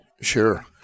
sure